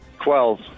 Twelve